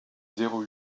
zéro